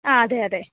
ആ അതെ അതെ